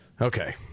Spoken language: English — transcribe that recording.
Okay